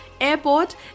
airport